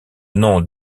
nom